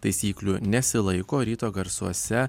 taisyklių nesilaiko ryto garsuose